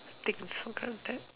take for granted